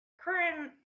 current